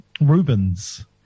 Ruben's